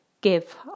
give